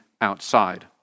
outside